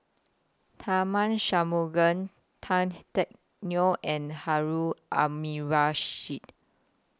Tharman Tan Teck Neo and Harun Aminurrashid